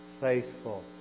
faithful